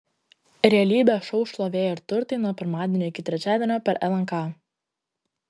realybės šou šlovė ir turtai nuo pirmadienio iki trečiadienio per lnk